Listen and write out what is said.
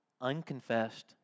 unconfessed